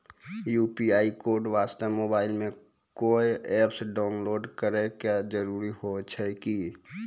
UPI code वास्ते mobile मे कोय एप्प डाउनलोड करे के जरूरी होय छै की?